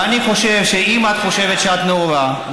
ואני חושב שאם את חושבת שאת נאורה,